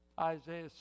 Isaiah